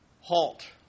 halt